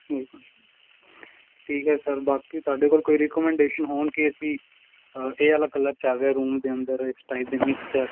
ਬਿਲਕੁਲ ਠੀਕ ਹੈ ਸਰ ਬਾਕੀ ਤੁਹਾਡੇ ਕੋਲ ਕੋਈ ਰੇਕੋਮੈਂਡੇਸ਼ਨ ਹੋਣ ਕਿ ਅਸੀਂ ਇਹ ਵਾਲਾ ਕਲਰ ਚੱਲ ਰਿਹਾ ਰੂਮ ਦੇ ਅੰਦਰ ਇਸ ਟਾਈਪ ਦੇ ਮਿਕਸਚਰ